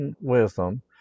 wisdom